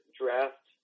draft